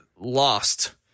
lost